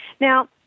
Now